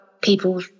people